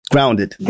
Grounded